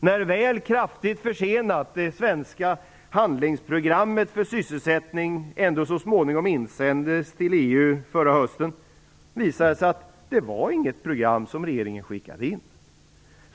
När det svenska handlingsprogrammet för sysselsättning, kraftigt försenat, så småningom sändes till EU förra hösten, visade det sig att det inte var ett program som regeringen skickade in.